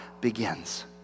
begins